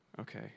Okay